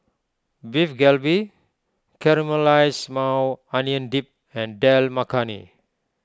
Beef Galbi Caramelized Maui Onion Dip and Dal Makhani